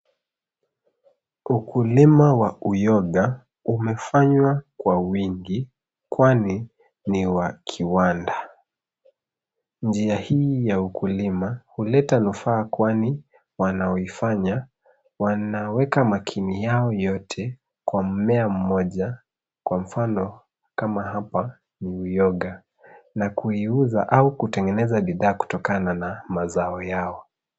Ukulima wa uyoga umefanywa kwa wingi kwani ni wa kiwanda. Njia hii ya ukulima huleta nufaa kwani wanaoifanya wanaweka makini yao yote kwa mmea mmoja kwa mfano kama hapa ni uyoga na kuiuza ama kutengeneza bidhaa kutokana na mazao yao.